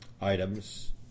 items